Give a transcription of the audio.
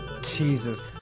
Jesus